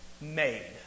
made